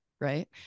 right